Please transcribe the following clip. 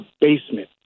basement